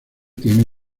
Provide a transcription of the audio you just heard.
tiene